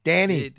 Danny